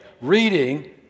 Reading